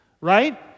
Right